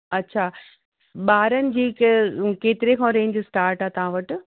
अछा ॿारनि जी के केतिरो खां रेंज स्टार्ट आहे तव्हां वटि